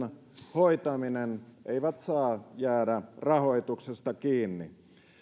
hoitaminen eivät saa jäädä rahoituksesta kiinni